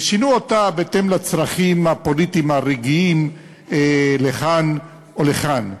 ושינו אותה בהתאם לצרכים הפוליטיים הרגעיים לכאן או לכאן.